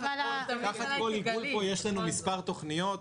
תחת כל עיגול פה יש לנו מספר תוכניות.